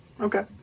Okay